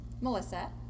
Melissa